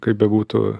kaip bebūtų